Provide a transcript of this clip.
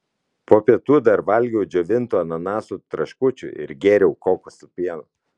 po pietų dar valgiau džiovintų ananasų traškučių ir gėriau kokosų pieno